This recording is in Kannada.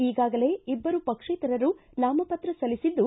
ಈಗಾಗಲೇ ಇಬ್ಬರು ಪಕ್ಷೇತರರು ನಾಮಪತ್ರ ಸಲ್ಲಿಸಿದ್ದು